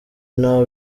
ntaho